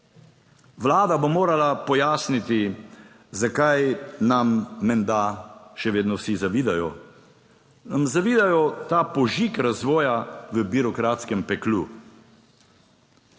Vlada bo morala pojasniti, zakaj nam menda še vedno vsi zavidajo. Nam zavidajo ta požig razvoja v birokratskem peklu?